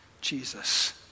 Jesus